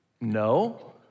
No